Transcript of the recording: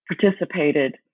participated